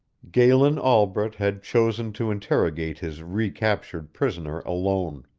galen albret had chosen to interrogate his recaptured prisoner alone.